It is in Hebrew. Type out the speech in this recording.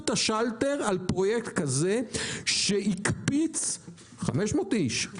את השלטר על פרויקט כזה שהקפיץ 500 איש,